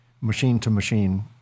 machine-to-machine